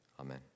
Amen